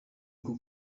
uko